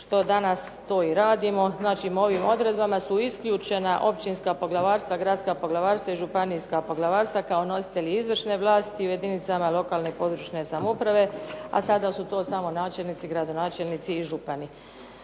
što danas to i radimo. Znači, ovim odredbama su isključena općinska poglavarstva, gradska poglavarstva i županijska poglavarstva kao nositelji izvršne vlasti u jedinicama lokalne i područne samouprave a sada su to samo načelnici, gradonačelnici i župani.